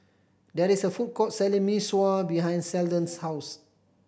there is a food court selling Mee Sua behind Seldon's house